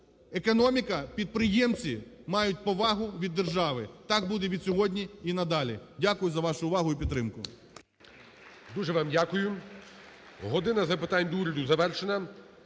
Економіка, підприємці мають повагу від держави. Так буде від сьогодні і надалі. Дякую за вашу увагу і підтримку. ГОЛОВУЮЧИЙ. Дуже вам дякую. Година запитань до Уряду завершена.